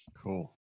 Cool